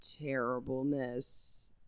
terribleness